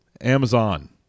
Amazon